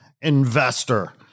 investor